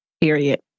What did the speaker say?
Period